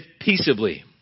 peaceably